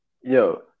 Yo